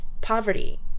poverty